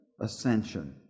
ascension